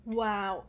wow